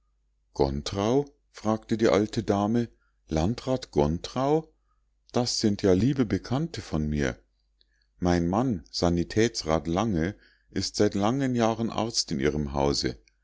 gontrau fragte die alte dame landrat gontrau das sind ja liebe bekannte von mir mein mann sanitätsrat lange ist seit langen jahren arzt in ihrem hause